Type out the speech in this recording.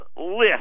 list